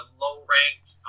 low-ranked